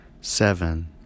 seven